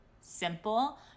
simple